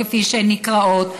כפי שהן נקראות,